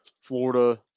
Florida